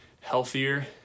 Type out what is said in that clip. healthier